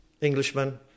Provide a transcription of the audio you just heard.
Englishman